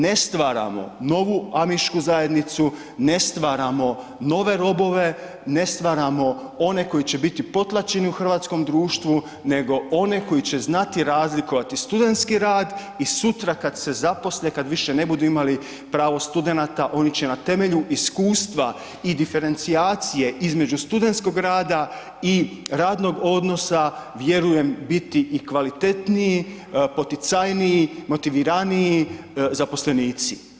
Ne stvaramo novu Amišku zajednicu, ne stvaramo nove robove, ne stvaramo one koji će biti potlačeni u hrvatskom društvu nego one koji će znati razlikovati studentski rad i sutra kad se zaposle kada više ne budu imali pravo studenata oni će na temelju iskustva i diferencijacije između studentskog rada i radnog odnosa vjerujem biti i kvalitetniji, poticajniji, motiviraniji zaposlenici.